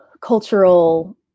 cultural